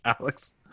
Alex